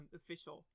official